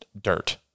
dirt